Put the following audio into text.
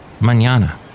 Mañana